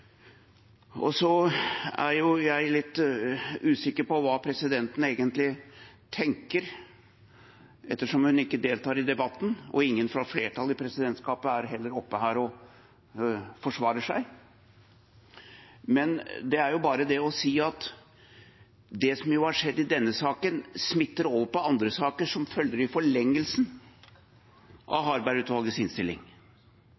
Så er jeg litt usikker på hva presidenten egentlig tenker, ettersom hun ikke deltar i debatten, og ingen fra flertallet i presidentskapet er oppe og forsvarer seg. Men det er jo bare det å si at det som har skjedd i denne saken, smitter over på andre saker som følger i forlengelsen